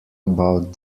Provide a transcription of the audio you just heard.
about